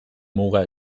muga